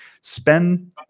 spend